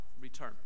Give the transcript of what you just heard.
return